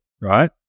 right